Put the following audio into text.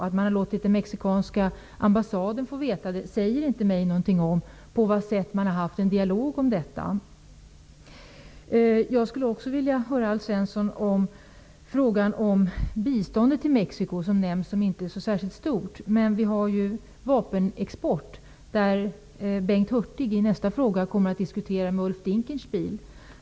Att man har låtit den mexikanska ambassaden veta det säger inte mig någonting om på vilket sätt man har fört en dialog om detta. Vårt bistånd till Mexico är inte så särskilt stort. Men det förekommer ju en vapenexport, som Bengt Hurtig i nästa fråga kommer att diskutera med Ulf Dinkelspiel.